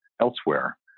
elsewhere